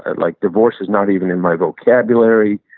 and like divorce is not even in my vocabulary.